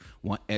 one